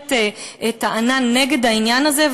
בהחלט טענה נגד העניין הזה,